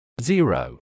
zero